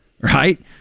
right